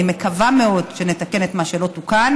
אני מקווה מאוד שנתקן את מה שלא תוקן,